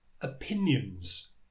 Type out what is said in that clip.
opinions